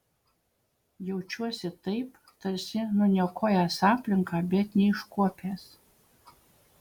jaučiuosi taip tarsi nuniokojęs aplinką bet neiškuopęs